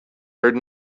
heard